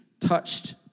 touched